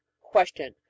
question